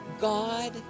God